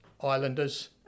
Islanders